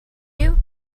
you